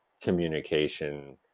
communication